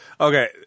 Okay